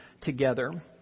together